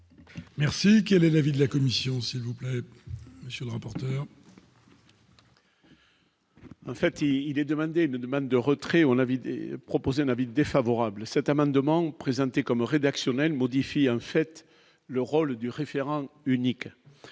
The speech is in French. Merci, quel est l'avis de la commission s'il vous plaît, monsieur le rapporteur. En fait il il est demandé une demande de retrait, où on a vidé proposer un avis défavorable à cet amendement, présenté comme rédactionnel modifie un fait, le rôle du référent unique